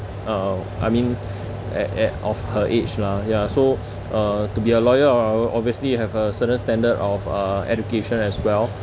uh I mean at at of her age lah ya so uh to be a lawyer o~ o~ obviously you have a certain standard of uh education as well